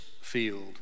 field